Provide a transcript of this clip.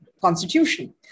constitution